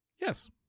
Yes